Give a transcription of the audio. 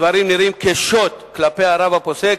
הדברים נראים כשוט כלפי הרב הפוסק,